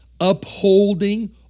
upholding